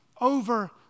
over